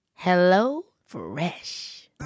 HelloFresh